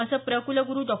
असं प्र कुलगुरु डॉ